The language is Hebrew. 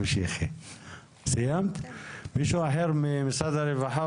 עוד מישהו ממשרד הרווחה?